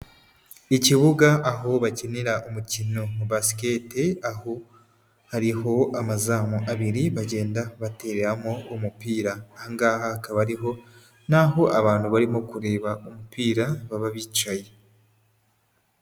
Ikibuga aho bakinira umukino wa basikete, aho hariho amazamu abiri bagenda batereramo umupira, aha ngaha hakaba hariho naho abantu barimo kureba umupira baba bicaye.